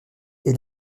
est